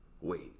wait